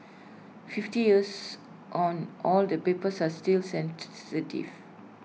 fifty years on all the papers are still sensitive